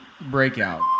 breakout